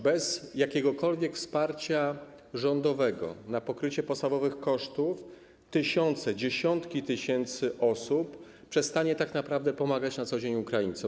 Bez jakiegokolwiek wsparcia rządowego na pokrycie podstawowych kosztów tysiące, dziesiątki tysięcy osób przestanie tak naprawdę pomagać na co dzień Ukraińcom.